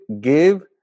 give